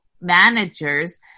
Managers